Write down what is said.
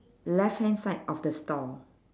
left hand side of the store